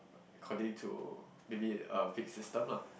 according to maybe a fix system lah